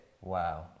Wow